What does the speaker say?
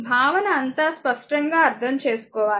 భావన అంతా స్పష్టంగా అర్ధం చేసుకోవాలి